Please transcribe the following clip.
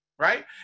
Right